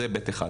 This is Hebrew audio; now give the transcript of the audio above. זה היבט אחד.